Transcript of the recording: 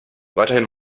weiterhin